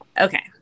Okay